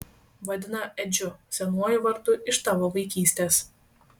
vadina edžiu senuoju vardu iš tavo vaikystės